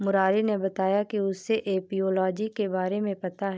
मुरारी ने बताया कि उसे एपियोलॉजी के बारे में पता है